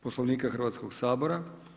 Poslovnika Hrvatskog sabora.